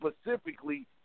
specifically